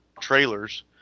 trailers